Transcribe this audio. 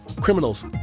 Criminals